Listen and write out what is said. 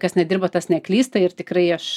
kas nedirba tas neklysta ir tikrai aš